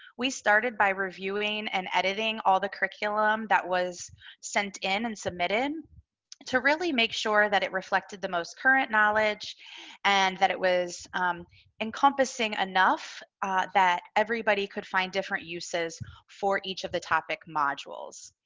we started by reviewing and editing all of the curriculum that was sent in and submitted to really make sure that it reflected the most current knowledge and that it was encompassing enough that everybody could find different uses for each of the topic modules.